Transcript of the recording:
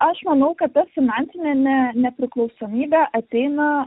aš manau kad ta finansinė nepriklausomybė ateina